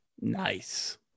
Nice